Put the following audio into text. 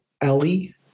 Ellie